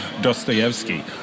Dostoevsky